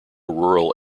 rural